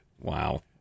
Wow